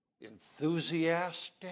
enthusiastic